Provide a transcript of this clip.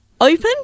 open